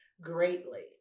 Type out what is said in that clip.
greatly